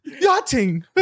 yachting